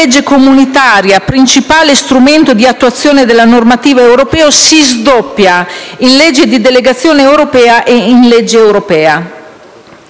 legge comunitaria, principale strumento di attuazione della normativa europea, si sdoppia in legge di delegazione europea e in legge europea.